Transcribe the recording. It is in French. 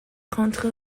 rendre